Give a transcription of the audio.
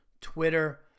Twitter